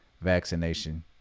vaccination